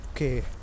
Okay